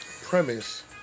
premise